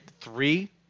three